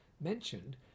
mentioned